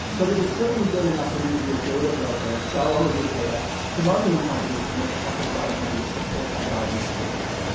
but it is certainly good enough for me to be a data broker and sell all of your data to marketing companies and make a heck of a lot of money to support my driving activities.